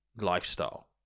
lifestyle